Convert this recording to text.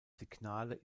signale